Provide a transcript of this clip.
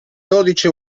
dodici